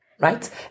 right